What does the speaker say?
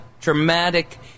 dramatic